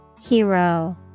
Hero